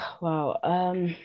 Wow